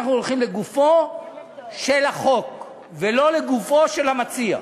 אנחנו הולכים לגופו של החוק, ולא לגופו של המציע.